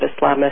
Islamist